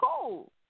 cool